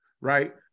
right